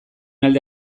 alde